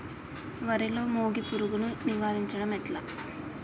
వరిలో మోగి పురుగును నివారించడం ఎట్లా?